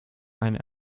eine